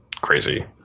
crazy